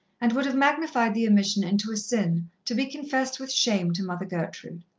and would have magnified the omission into a sin, to be confessed with shame to mother gertrude.